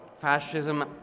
Fascism